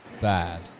bad